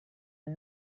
are